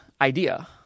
idea